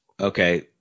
Okay